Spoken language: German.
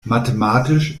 mathematisch